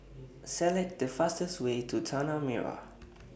Select The fastest Way to Tanah Merah